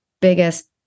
biggest